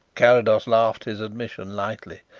carrados laughed his admission lightly.